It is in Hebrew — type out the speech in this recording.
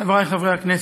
חברי חברי הכנסת,